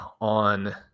on